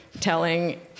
telling